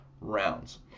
rounds